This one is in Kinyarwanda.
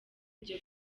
ibyo